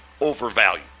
overvalued